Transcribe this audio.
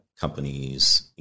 companies